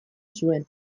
zuen